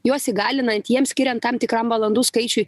juos įgalinant jiems skiriant tam tikram valandų skaičiui